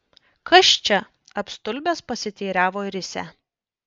kas čia apstulbęs pasiteiravo risią